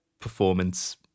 performance